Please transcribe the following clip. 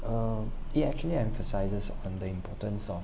uh it actually emphasizes on the importance on